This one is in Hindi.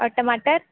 और टमाटर